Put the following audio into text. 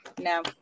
no